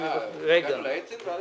אה, הגענו גם לאצ"ל וללח"י.